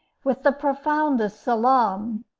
with the profoundest salaam,